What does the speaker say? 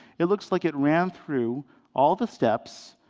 it looks like it ran through all the steps,